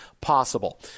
possible